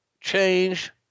change